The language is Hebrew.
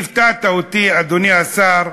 הפתעת אותי, אדוני השר,